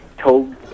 told